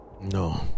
No